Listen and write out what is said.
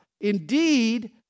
indeed